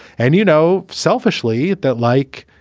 and, you know, selfishly that, like,